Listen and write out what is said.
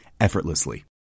effortlessly